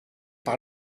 par